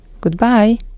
Goodbye